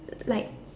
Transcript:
like